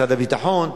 משרד הביטחון,